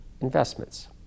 investments